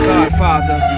Godfather